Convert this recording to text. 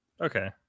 okay